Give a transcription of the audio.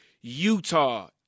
Utah